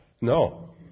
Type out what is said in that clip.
No